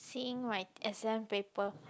seeing my exam paper